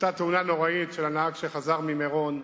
אותה תאונה נוראה של הנהג שחזר ממירון,